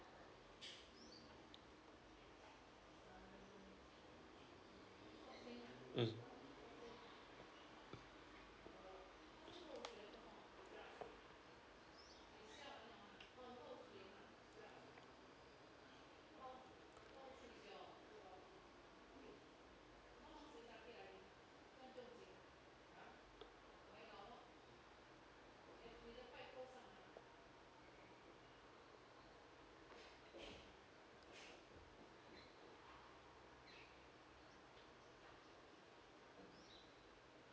mm